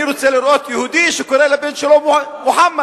אני רוצה לראות יהודי שקורא לבן שלו מוחמד.